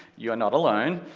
you are not alone,